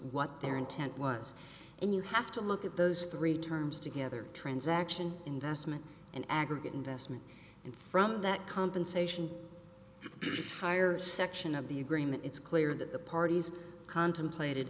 what their intent was and you have to look at those three terms together transaction investment and aggregate investment and from that compensation tire section of the agreement it's clear that the parties contemplated